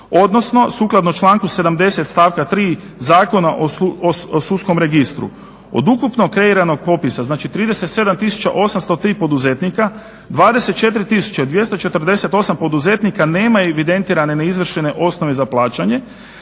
Odnosno, sukladno članku 70. stavka 3. Zakona o sudskom registru. Od ukupno kreiranog popisa, znači 37 803 poduzetnika, 24 248 poduzetnika nema evidentirane neizvršene osnove za plaćanje,